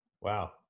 Wow